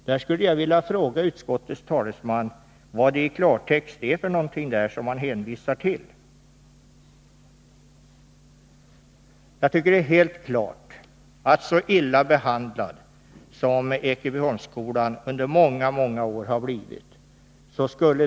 Jag skulle vilja fråga utskottets talesman vad det i klartext är för någonting som utskottet hänvisar till. Ekebyholmsskolan har under många många år blivit illa behandlad.